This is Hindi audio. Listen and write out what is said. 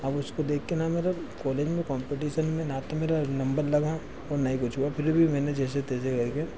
अब उसको देखकर ना मेरा कोलेज में कम्प्टीसन में ना तो मेरा नम्बर लगा और ना ही कुछ हुआ फिर भी मैंने जैसे तैसे करके